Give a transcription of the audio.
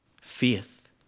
Faith